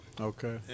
Okay